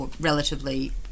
relatively